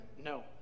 no